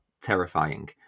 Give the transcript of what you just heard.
terrifying